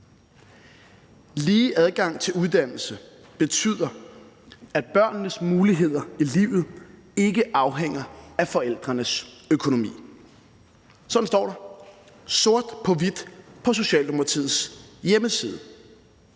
Lige adgang til uddannelse betyder, at børnenes muligheder i livet ikke afhænger af forældrenes økonomi. Sådan står der sort på hvidt på Socialdemokratiets hjemmeside.